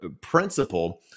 principle